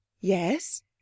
Yes